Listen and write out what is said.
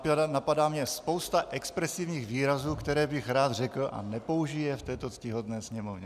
A napadá mě spousta expresivních výrazů, které bych rád řekl a nepoužiji je v této ctihodné Sněmovně.